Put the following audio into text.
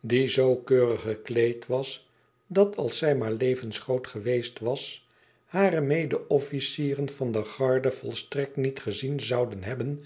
die zoo keurig gekleed was dat als zij maar levensgroot geweest was hare mede officieren van de garde volstrekt niet gezien zouden hebben